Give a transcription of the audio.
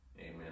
Amen